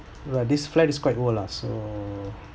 well this flat is quite old lah so